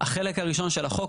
החלק הראשון שלה חוק,